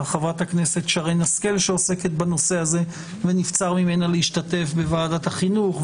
חברת הכנסת שרן השכל שעוסקת בנושא הזה ונבצר ממנה להשתתף בוועדת חינוך,